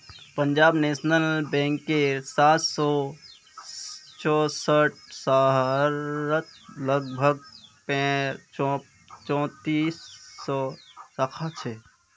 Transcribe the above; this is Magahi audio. पंजाब नेशनल बैंकेर सात सौ चौसठ शहरत लगभग पैंतालीस सौ शाखा छेक